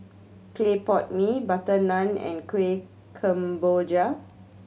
clay pot mee butter naan and Kuih Kemboja